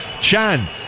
Chan